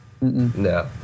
No